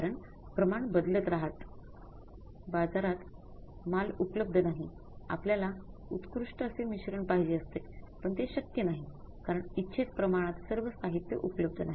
कारण प्रमाण बदलत राहत बाजारात माल उपलब्ध नाही आपल्याला उत्कृष्ट असे मिश्रण पाहिजे असते पण ते शक्य नाही कारण इच्छित प्रमाणात सर्व साहित्य उपलब्ध नाही